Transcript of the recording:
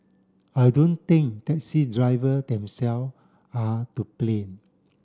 I don't think taxi driver themselves are to blame